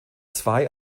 zwei